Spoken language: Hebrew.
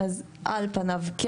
אז על פני כן.